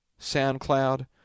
SoundCloud